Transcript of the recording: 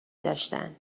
داشتن